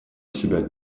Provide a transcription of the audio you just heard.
себя